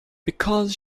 because